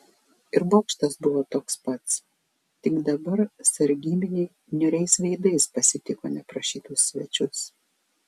ir bokštas buvo toks pats tik dabar sargybiniai niūriais veidais pasitiko neprašytus svečius